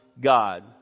God